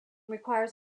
requires